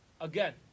Again